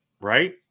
right